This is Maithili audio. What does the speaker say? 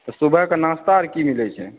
तऽ सुबहके नाश्ता आर की मिलै छै